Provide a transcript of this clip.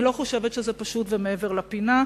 אני לא חושבת שזה פשוט ומעבר לפינה,